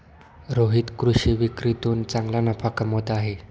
रोहित कृषी विक्रीतून चांगला नफा कमवत आहे